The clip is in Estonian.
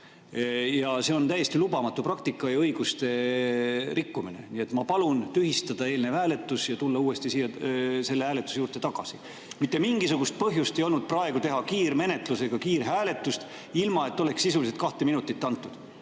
See on täiesti lubamatu praktika ja õiguste rikkumine. Nii et ma palun tühistada eelmine hääletus ja tulla uuesti selle hääletuse juurde tagasi. Mitte mingisugust põhjust ei olnud praegu teha kiirmenetlusega kiirhääletust, ilma et oleks sisuliselt kahte minutit